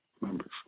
members